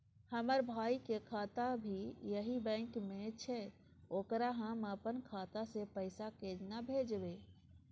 हमर भाई के खाता भी यही बैंक में छै ओकरा हम अपन खाता से पैसा केना भेजबै?